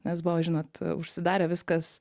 nes buvo žinot užsidarė viskas